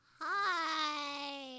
Hi